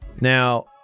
Now